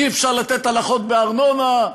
אי-אפשר לתת הנחות בארנונה,